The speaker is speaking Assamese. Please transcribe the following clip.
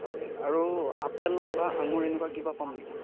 হয় আৰু আপেল বা আঙুৰ এনেকুৱা কিবা পাম নেকি